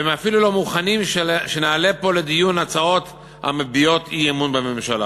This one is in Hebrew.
והם אפילו לא מוכנים שנעלה פה לדיון הצעות המביעות אי-אמון בממשלה.